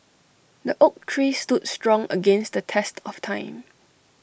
the oak tree stood strong against the test of time